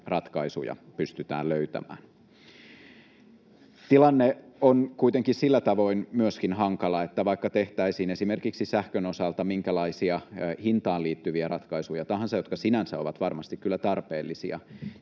ratkaisuja pystytään löytämään. Tilanne on kuitenkin myöskin sillä tavoin hankala, että vaikka tehtäisiin esimerkiksi sähkön osalta minkälaisia hintaan liittyviä ratkaisuja tahansa, mitkä sinänsä ovat varmasti kyllä tarpeellisia,